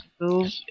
move